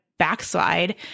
Backslide